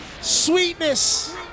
Sweetness